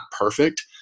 perfect